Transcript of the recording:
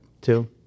Two